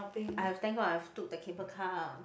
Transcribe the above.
I've thank God I've took the cable car ah